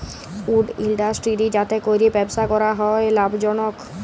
would industry যাতে ক্যরে ব্যবসা ক্যরা হ্যয় লাভজলক